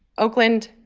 oakland,